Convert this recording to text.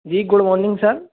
جی good morning سر